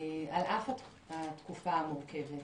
על אף התקופה המורכבת,